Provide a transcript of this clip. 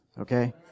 Okay